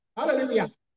Hallelujah